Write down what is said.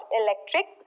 electric